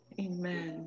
Amen